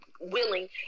willing